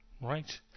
Right